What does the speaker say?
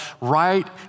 right